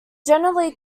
generally